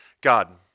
God